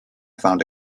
found